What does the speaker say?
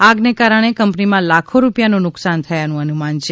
આગને કારણે કંપનીમાં લાખો રૂપિયાનું નુકસાન થયાનું અનુમાન છે